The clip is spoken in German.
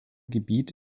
gebiet